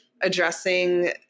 addressing